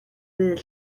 dydd